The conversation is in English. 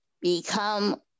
become